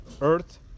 Earth